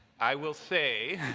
i will say